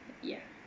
ya